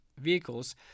vehicles